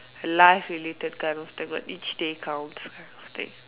life related kind of the where each day counts kind of thing